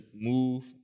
move